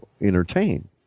entertain